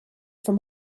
from